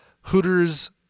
Hooters